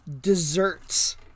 Desserts